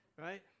Right